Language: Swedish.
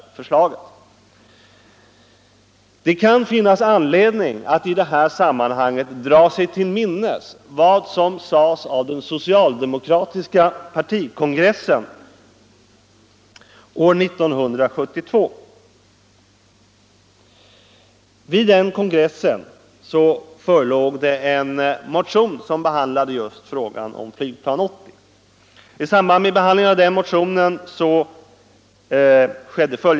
Det kan i det här sammanhanget finnas anledning att dra sig till minnes vad som uttalades av den socialdemokratiska partikongressen år 1972. Vid den kongressen förelåg en motion som behandlade Flygplan 80.